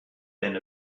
been